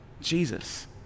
Jesus